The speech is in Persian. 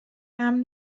امن